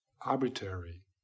arbitrary